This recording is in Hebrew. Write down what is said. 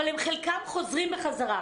אבל חלקם חוזרים בחזרה.